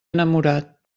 enamorat